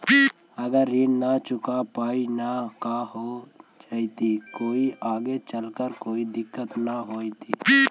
अगर ऋण न चुका पाई न का हो जयती, कोई आगे चलकर कोई दिलत हो जयती?